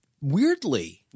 Weirdly